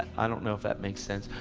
i don't know if that makes sense.